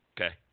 Okay